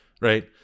right